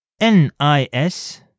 N-I-S